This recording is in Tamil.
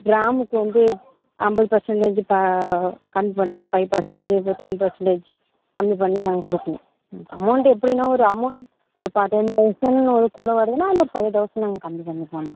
கிராமுக்கு வந்து ஐம்பது பர்சன்ட்டேஜு ப கம்மி பண்ணுறது ஃபைவ் பர்சன்ட்டேஜு இப்போ டென் பர்சன்ட்டேஜ் கம்மி பண்ணி நாங்கள் கொடுக்குறோம் அமௌண்ட் எப்படினா ஒரு அமௌண்ட் ஒரு இப்போ டென் தெளசண்ட் ஒரு கூட வருதுன்னா அதில் ஒரு ஃபைவ் தெளசண்ட் நாங்கள் கம்மி பண்ணிப்போம்மா